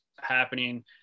happening